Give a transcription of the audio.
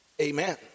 Amen